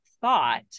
thought